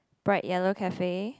bright yellow cafe